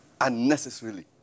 unnecessarily